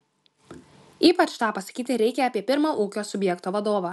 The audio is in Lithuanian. ypač tą pasakyti reikia apie pirmą ūkio subjekto vadovą